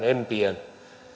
empien